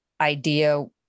idea